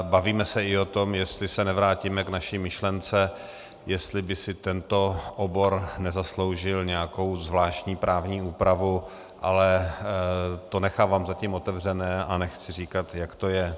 Bavíme se i o tom, jestli se nevrátíme k naší myšlence, jestli by si tento obor nezasloužil nějakou zvláštní právní úpravu, ale to nechávám zatím otevřené a nechci říkat, jak to je.